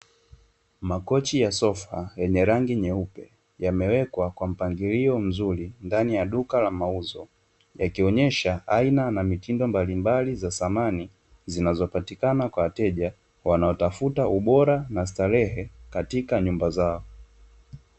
Makochi ya sofa yamewekwa kwenye mpangilio mzuri yote, ndani ya duka la Mauro yakionesha mitindo ya aina ya dhamani mbalimbali, zinazopatika kwa wanaotafuta starehe katika nyumba zao.